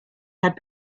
had